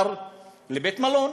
לבית-מלון.